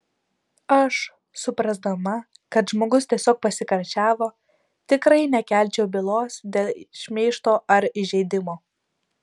aš suprasdama kad žmogus tiesiog pasikarščiavo tikrai nekelčiau bylos dėl šmeižto ar įžeidimo